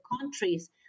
countries